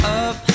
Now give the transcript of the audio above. up